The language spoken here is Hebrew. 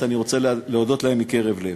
ואני רוצה להודות להם מקרב לב.